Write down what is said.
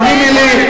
תאמיני לי,